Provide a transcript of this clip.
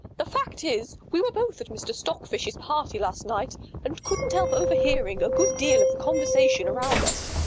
the fact is, we were both at mr stockfish's party last night and couldn't help. overhearing a good deal of the conversation around us.